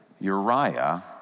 Uriah